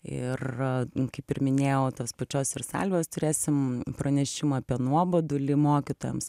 ir kaip ir minėjau tos pačios ir salvės turėsim pranešimą apie nuobodulį mokytojams